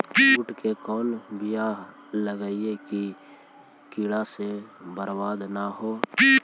बुंट के कौन बियाह लगइयै कि कीड़ा से बरबाद न हो?